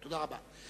תודה רבה.